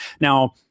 Now